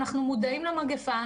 אנחנו מודעים למגפה,